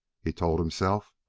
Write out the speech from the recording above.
he told himself.